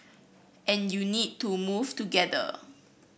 and you need to move together